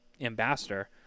Ambassador